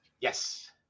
yes